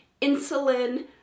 insulin